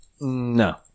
no